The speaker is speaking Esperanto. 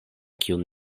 kiun